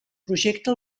projecte